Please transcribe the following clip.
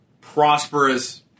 prosperous